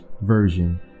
version